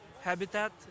habitat